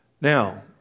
Now